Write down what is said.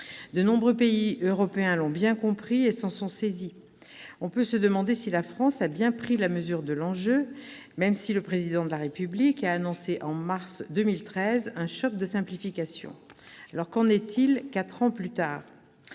De nombreux pays européens l'ont bien compris et se sont saisis du problème. On peut se demander si la France a bien pris la mesure de l'enjeu, même si le Président de la République a annoncé en mars 2013 un « choc de simplification ». Qu'en est-il quatre ans plus tard ?